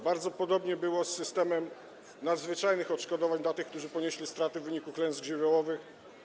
Bardzo podobnie było z systemem nadzwyczajnych odszkodowań dla tych, którzy ponieśli straty w wyniku klęsk żywiołowych.